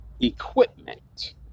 equipment